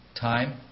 time